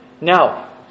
Now